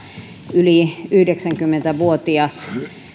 yli yhdeksänkymmentä vuotias